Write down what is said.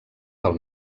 del